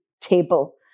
table